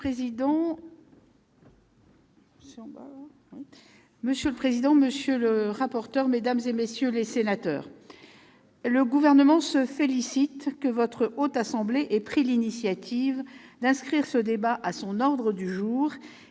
Monsieur le président, monsieur le rapporteur, mesdames, messieurs les sénateurs, le Gouvernement se félicite que votre Haute Assemblée ait pris l'initiative d'inscrire ce débat à son ordre du jour